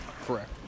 Correct